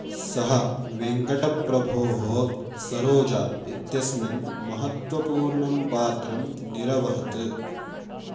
सः वेङ्कटप्रभोः सरोजा इत्यस्मिन् महत्त्वपूर्णं पात्रं निरवहत्